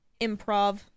improv